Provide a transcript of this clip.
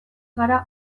gara